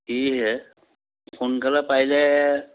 সোনকালে পাৰিলে